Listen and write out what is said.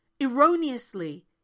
Erroneously